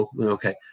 okay